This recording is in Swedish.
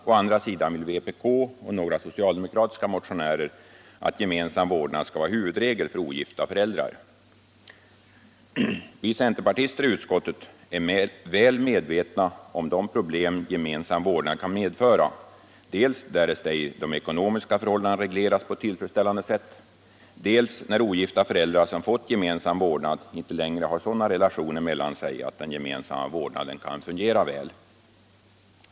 Å andra sidan vill vpk och några socialdemokratiska motionärer att gemensam vårdnad skall vara huvudregel för ogifta föräldrar. Vi centerpartister i utskottet är väl medvetna om de problem gemensam vårdnad kan medföra, dels därest ej de ekonomiska förhållandena regleras på ett tillfredsställande sätt, dels när ogifta föräldrar som fått gemensam vårdnad icke längre har sådana relationer mellan sig att den gemensamma vårdnaden kan fungera väl.